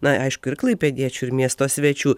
na aišku ir klaipėdiečių ir miesto svečių